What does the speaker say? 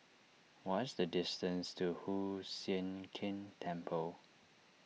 what's the distance to Hoon Sian Keng Temple